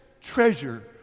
treasure